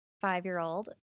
five-year-old